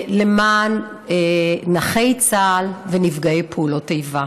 למען נכי צה"ל ונפגעי פעולות איבה.